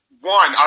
one